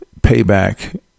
payback